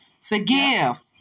Forgive